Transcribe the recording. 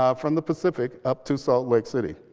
ah from the pacific up to salt lake city.